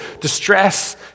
distress